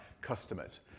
customers